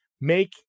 make